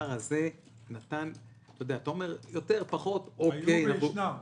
הזה נתן יותר או פחות -- היו וישנם.